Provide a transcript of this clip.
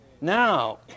Now